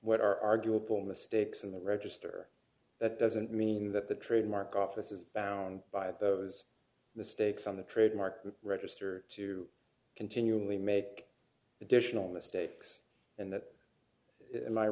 what are arguable mistakes in the register that doesn't mean that the trademark office is bound by those mistakes on the trade market register to continually make additional mistakes and th